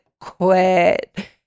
quit